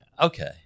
Okay